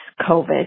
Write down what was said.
COVID